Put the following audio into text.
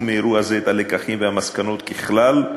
מאירוע זה את הלקחים והמסקנות ככלל,